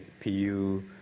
PU